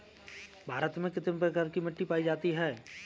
भारत में कितने प्रकार की मिट्टी पायी जाती है?